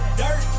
dirt